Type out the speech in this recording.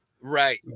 Right